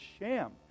sham